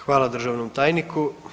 Hvala državnom tajniku.